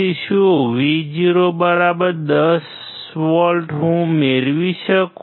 પછી શું Vo10V હું આ મેળવી શકું